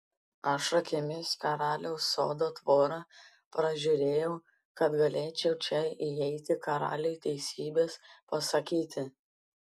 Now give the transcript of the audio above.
aš akimis karaliaus sodo tvorą pražiūrėjau kad galėčiau čia įeiti karaliui teisybės pasakyti